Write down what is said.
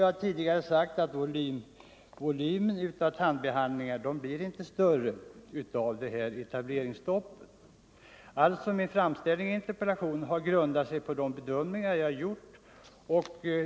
Jag har tidigare sagt att volymen av tandbehandlingar inte blir större genom det här etableringsstoppet. Min framställning i interpellationen har grundat sig på de bedömningar jag gjort.